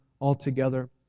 altogether